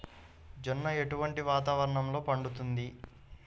జొన్న ఎటువంటి వాతావరణంలో పండుతుంది?